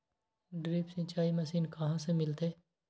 Drip सिंचाई machine कहाँ से मिलतै?